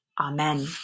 Amen